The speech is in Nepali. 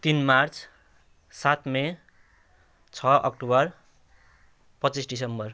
तिन मार्च सात मे छ अक्टोबर पच्चिस दिसम्बर